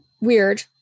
weird